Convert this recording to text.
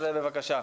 בבקשה.